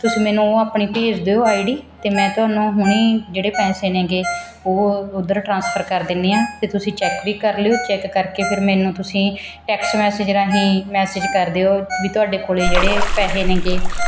ਤੁਸੀਂ ਮੈਨੂੰ ਉਹ ਆਪਣੀ ਭੇਜ ਦਿਓ ਆਈ ਡੀ ਅਤੇ ਮੈਂ ਤੁਹਾਨੂੰ ਹੁਣੀ ਜਿਹੜੇ ਪੈਸੇ ਹੈਗੇ ਉਹ ਉੱਧਰ ਟਰਾਂਸਫਰ ਕਰ ਦਿੰਦੀ ਹਾਂ ਅਤੇ ਤੁਸੀਂ ਚੈੱਕ ਵੀ ਕਰ ਲਿਓ ਚੈੱਕ ਕਰਕੇ ਫਿਰ ਮੈਨੂੰ ਤੁਸੀਂ ਟੈਕਸਟ ਮੈਸੇਜ ਰਾਹੀਂ ਮੈਸੇਜ ਕਰ ਦਿਓ ਵੀ ਤੁਹਾਡੇ ਕੋਲ ਜਿਹੜੇ ਪੈਸੇ ਹੈਗੇ